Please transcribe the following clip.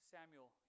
Samuel